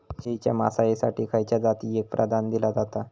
शेळीच्या मांसाएसाठी खयच्या जातीएक प्राधान्य दिला जाता?